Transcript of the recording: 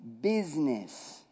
business